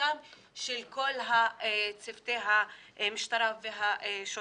בהתנהגותם של כל צוותי המשטרה והשוטרים.